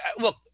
Look